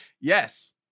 yes